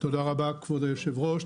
תודה רבה כבוד היושב-ראש,